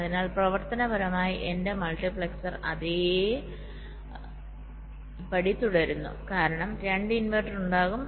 അതിനാൽ പ്രവർത്തനപരമായി എന്റെ മൾട്ടിപ്ലക്സർ അതേപടി തുടരുന്നു കാരണം രണ്ട് ഇൻവെർട്ടർ ഉണ്ടാകും